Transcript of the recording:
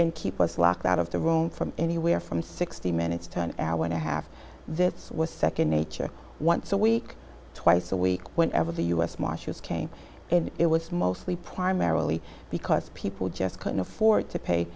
and keep us locked out of the room for anywhere from sixty minutes to an hour and a half this was nd nature once a week twice a week whenever the u s marshals came and it was mostly primarily because people just couldn't afford to pay